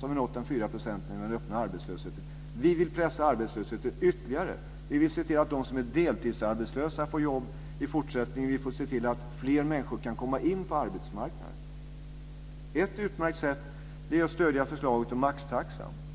för den öppna arbetslösheten. Vi vill pressa ned arbetslösheten ytterligare. Vi vill se till att de deltidsarbetslösa får jobb i fortsättningen, och vi vill se till att fler människor kan komma in på arbetsmarknaden. Ett utmärkt sätt är att stödja förslaget om maxtaxan.